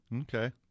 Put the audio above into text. Okay